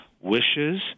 wishes